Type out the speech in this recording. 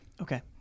Okay